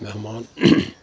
मेहमान